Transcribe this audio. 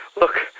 Look